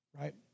right